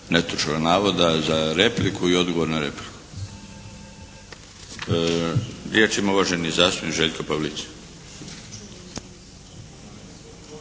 netočnog navoda za repliku i odgovor na repliku. Riječ ima uvaženi zastupnik Željko Pavlic.